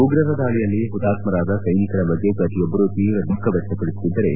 ಉಗ್ರರ ದಾಳಿಯಲ್ಲಿ ಹುತಾತ್ಮರಾದ ಸೈನಿಕರ ಬಗ್ಗೆ ಪ್ರತಿಯೊಬ್ಬರು ತೀವ್ರ ದುಃಖ ವ್ವಕ್ಷಪಡಿಸುತ್ತಿದ್ದರೆ